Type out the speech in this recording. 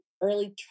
early